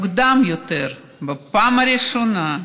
מוקדם יותר, בפעם הראשונה,